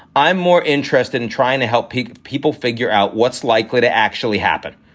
i'm more interested in trying to help people people figure out what's likely to actually happen.